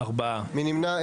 מי נמנע?